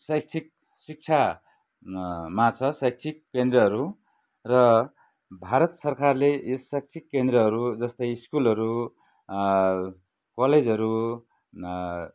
शैक्षिक शिक्षा मा छ शैक्षिक केन्द्रहरू र भारत सरकारले यो शैक्षिक यस केन्द्रहरू जस्तै स्कुलहरू कलेजहरू